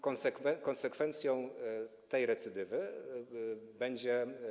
Konsekwencją tej recydywy będzie.